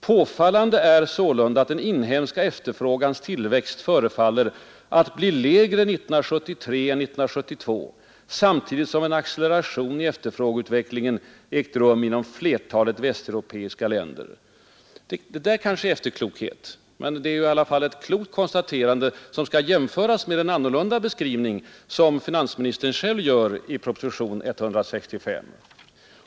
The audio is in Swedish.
Påfallande är sålunda att den inhemska efterfrågans tillväxt förefaller att bli lägre 1973 än 1972, samtidigt som en acceleration i efterfrågeutvecklingen ägt rum inom flertalet västeuropeiska länder.” Det jag återgav är kanske också efterklokhet. Det är i alla fall ett klokt konstaterande, som skall jämföras med den beskrivning som finansministern själv gör i propositionen 165.